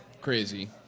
crazy